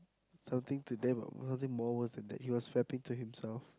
something to them but I think more worse than that he was fapping to himself